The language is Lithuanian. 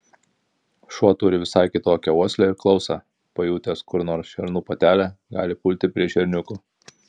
šuo turi visai kitokią uoslę ir klausą pajutęs kur nors šernų patelę gali pulti prie šerniukų